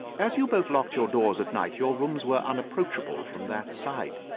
as you both locked your doors at night, your rooms were unapproachable from that side.